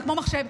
זה כמו מחשב.